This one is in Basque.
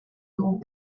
dugu